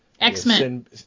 X-Men